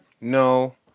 No